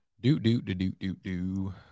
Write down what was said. Do-do-do-do-do-do